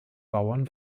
bauern